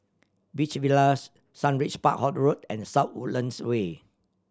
Beach Villas Sundridge Park Road and South Woodlands Way